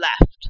left